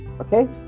Okay